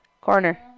Corner